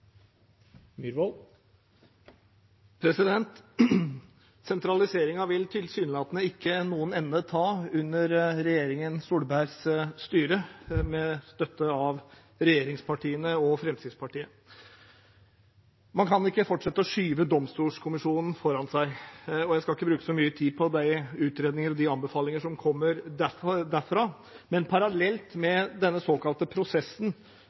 vil tilsynelatende ikke noen ende ta under regjeringen Solbergs styre, med støtte fra regjeringspartiene og Fremskrittspartiet. Man kan ikke fortsette å skyve Domstolkommisjonen foran seg. Jeg skal ikke bruke så mye tid på de utredninger og anbefalinger som kommer derfra, men parallelt med den såkalte prosessen